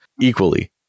equally